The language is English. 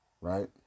Right